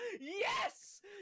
Yes